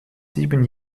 sieben